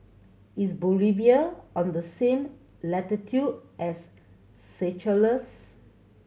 is Bolivia on the same latitude as Seychelles